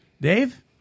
Dave